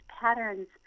patterns